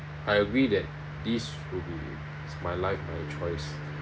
I agree that this will be my life my choice